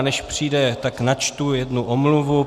A než přijde, načtu jednu omluvu.